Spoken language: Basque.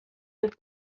dut